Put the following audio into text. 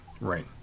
right